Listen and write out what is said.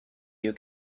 you